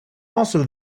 also